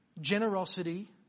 generosity